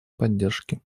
поддержки